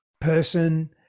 person